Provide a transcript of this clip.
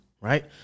right